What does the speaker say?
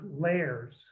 layers